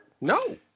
No